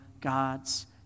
God's